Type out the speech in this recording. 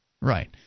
Right